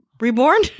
Reborn